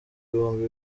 ibihumbi